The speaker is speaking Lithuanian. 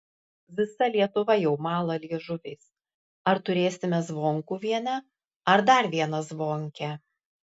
visa lietuva jau mala liežuviais ar turėsime zvonkuvienę ar dar vieną zvonkę